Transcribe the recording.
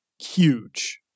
Huge